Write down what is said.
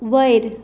वयर